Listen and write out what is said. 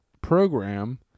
program